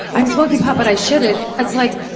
i'm smoking pot but i shouldn't! that's like,